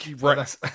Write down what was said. right